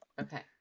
Okay